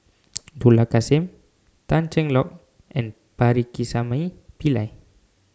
Dollah Kassim Tan Cheng Lock and Pakirisamy Pillai